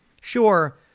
Sure